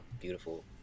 beautiful